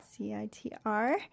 CITR